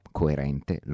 coerente